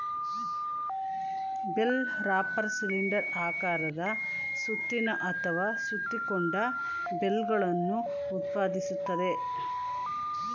bale wrapper cylinder ಆಕಾರದ ಸುತ್ತಿನ ಅಥವಾ ಸುತ್ತಿಕೊಂಡ ಬೇಲ್ಗಳನ್ನು ಉತ್ಪಾದಿಸ್ತದೆ